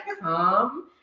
come